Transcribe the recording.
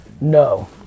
No